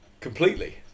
completely